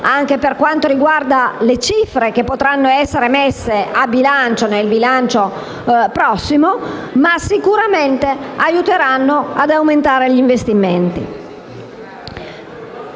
anche per quanto riguarda le cifre che potranno essere inserite nel prossimo bilancio, ma sicuramente aiuteranno ad aumentare gli investimenti.